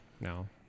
No